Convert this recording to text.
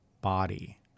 body